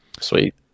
Sweet